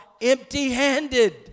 empty-handed